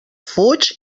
fuig